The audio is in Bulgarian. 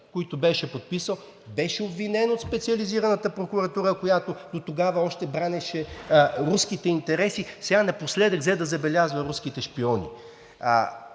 които беше подписал. Беше обвинен от Специализираната прокуратура, която дотогава още бранеше руските интереси, сега напоследък взе да забелязва руските шпиони.